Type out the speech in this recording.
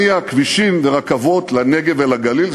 להניע כבישים ורכבות לנגב ולגליל.